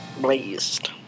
Blazed